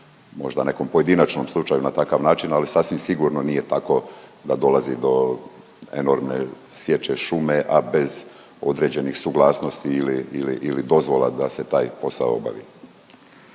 možda nekom pojedinačnom slučaju na takav način, ali sasvim sigurno nije tako da dolazi do enormne sječe šume, a bez određenih suglasnosti ili, ili dozvola da se taj posao obavi.